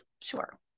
Sure